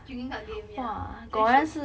drinking card game ya damn shiok